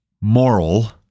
moral